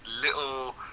little